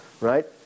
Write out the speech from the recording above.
right